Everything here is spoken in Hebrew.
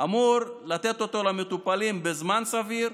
אמורים לתת למטופלים בזמן סביר,